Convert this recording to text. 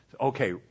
Okay